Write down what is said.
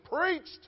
preached